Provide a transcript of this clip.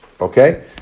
okay